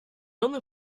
only